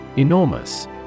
Enormous